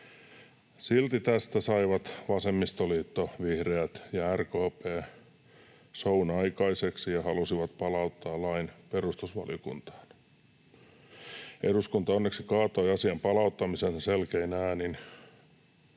Silti tästä saivat vasemmistoliitto, vihreät ja RKP show’n aikaiseksi ja halusivat palauttaa lain perustusvaliokuntaan. Eduskunta onneksi kaatoi asian palauttamisen selkein äänin.